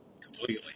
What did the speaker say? completely